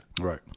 Right